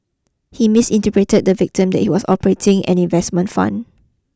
he misinterpreted to the victim that he was operating an investment fund